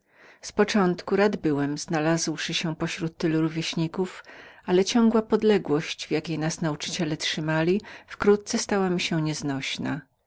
z początku rad byłem znalazłszy się pośród tylu towarzyszów mego wieku ale ciągła podległość w jakiej nas nauczyciele trzymali wkrótce stała mi się nieznośną